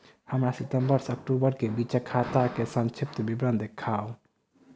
हमरा सितम्बर सँ अक्टूबर केँ बीचक खाता केँ संक्षिप्त विवरण देखाऊ?